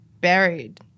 buried